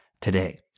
today